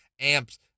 amps